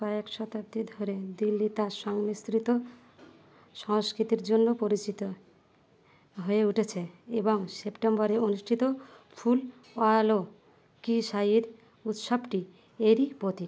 কয়েক শতাব্দী ধরে দিল্লি তার সংমিশ্রিত সংস্কিতির জন্য পরিচিত হয়ে উটেছে এবং সেপ্টেম্বরে অনুষ্ঠিত ফুল ওয়ালো কি সাইর উৎসবটি এরই প্রতীক